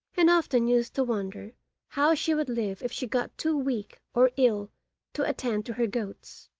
and often used to wonder how she would live if she got too weak or ill to attend to her goats.